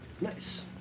Nice